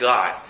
God